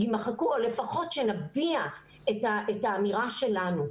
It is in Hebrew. או לפחות שנביע את האמירה שלנו.